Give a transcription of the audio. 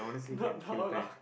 not now lah